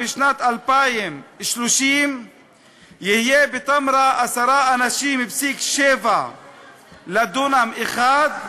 בשנת 2030 יהיו בתמרה 10.7 אנשים לדונם אחד,